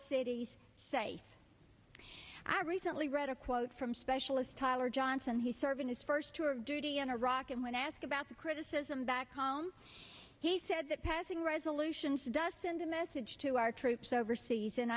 our i recently read a quote from specialist tyler johnson he's serving his first tour of duty in iraq and when asked about the criticism back home he said that passing resolutions does send a message to our troops overseas and